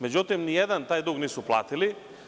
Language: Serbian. Međutim, ni jedan taj dug nisu platili.